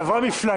היא עברה מפלגה.